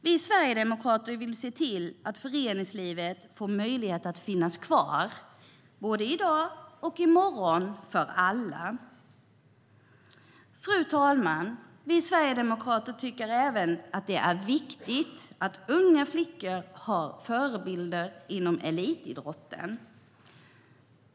Vi sverigedemokrater vill se till att föreningslivet får möjlighet att finnas kvar för alla - både i dag och i morgon. Fru talman! Vi sverigedemokrater tycker att det är viktigt att unga flickor har förebilder inom elitidrotten.